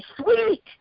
sweet